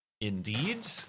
Indeed